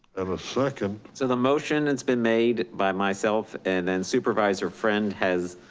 and a second. so the motion has been made by myself and then supervisor friend has,